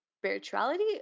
spirituality